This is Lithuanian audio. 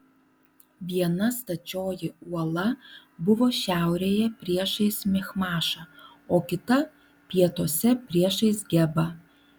viena stačioji uola buvo šiaurėje priešais michmašą o kita pietuose priešais gebą